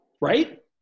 right